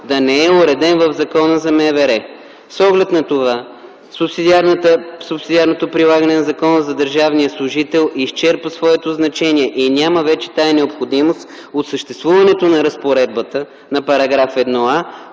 да не е уреден в Закона за МВР! С оглед на това субсидиарното прилагане на Закона за държавния служител изчерпа своето значение и вече няма тази необходимост от съществуването на разпоредбата на § 1а,